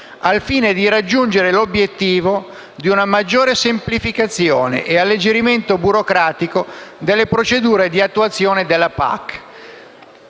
al fine di raggiungere l'obiettivo di una maggiore semplificazione e di un alleggerimento burocratico delle procedure di attuazione della PAC».